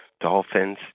Dolphins